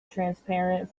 transparent